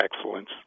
excellence